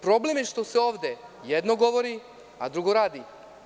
Problem je što se ovde jedno govori, a drugo radi.